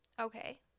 Okay